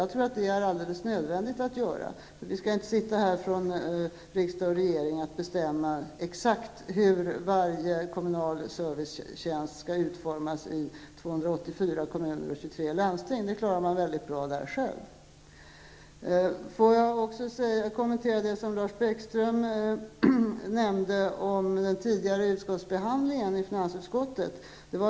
Det tror jag är alldeles nödvändigt att göra. Vi skall inte från riksdag och regering bestämma exakt hur varje kommunal servicetjänst skall utformas i 284 kommuner och 23 landsting. Det klarar man väldigt bra där själv. Får jag något kommentera det som Lars Bäckström nämnde om den tidigare behandlingen i finansutskottet.